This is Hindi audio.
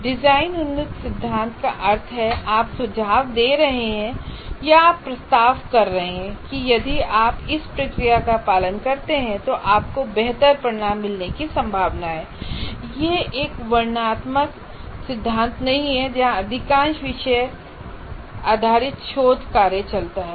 डिजाइन उन्मुख सिद्धांत का अर्थ है आप सुझाव दे रहे हैं या आप प्रस्ताव कर रहे हैं कि यदि आप इस प्रक्रिया का पालन करते हैं तो आपको बेहतर परिणाम मिलने की संभावना है यह एक वर्णनात्मक सिद्धांत नहीं है जहां अधिकांश विषय आधारित शोध कार्य चलता है